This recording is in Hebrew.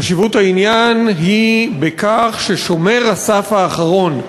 חשיבות העניין היא בכך ששומר הסף האחרון,